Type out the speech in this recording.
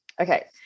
Okay